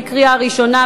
קריאה ראשונה.